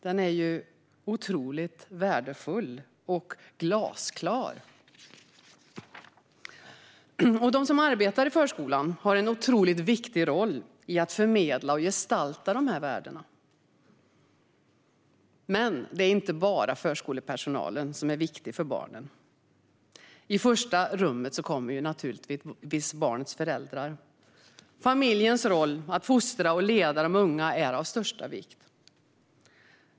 Den är otroligt värdefull och glasklar. De som arbetar i förskolan har en viktig roll när det gäller att förmedla och gestalta dessa värden. Men det är inte bara förskolepersonalen som är viktig för barnen. I första rummet kommer naturligtvis barnets föräldrar. Familjens roll i att fostra och leda de unga är av största vikt.